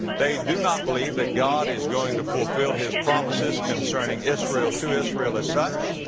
they do not believe that god is going to fulfill his promises concerning israel to israel as such.